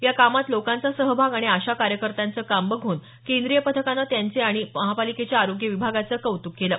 या कामात लोकांचा सहभाग आणि आशा कार्यकर्त्यांचे काम बघून केंद्रीय पथकाने त्यांचं तसंच महापालिकेच्या आरोग्य विभागाचं कौतुक केलं